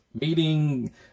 Meeting